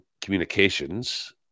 communications